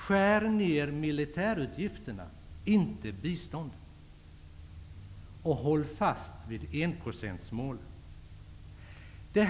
Skär ner militärutgifterna och inte biståndet, och håll fast vid enprocentsmålet.